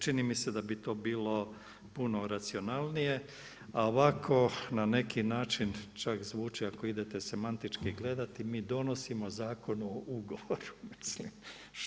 Čini mi se da bi to bilo puno racionalnije, a ovako na neki način čak zvuči ako idete se semantički gledati, mi donosimo zakon o ugovoru, mislim.